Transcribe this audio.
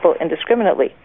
indiscriminately